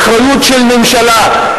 האחריות של הממשלה.